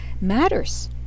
matters